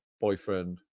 boyfriend